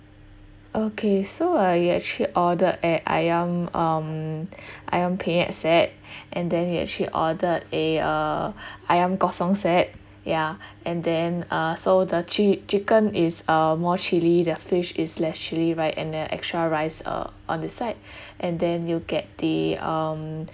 okay so uh you actually order a ayam um ayam penyet set and then you actually ordered a uh ayam kosong set ya and then uh so the chi~ chicken is uh more chili the fish is less chili right and then extra rice uh on the side and then you get the um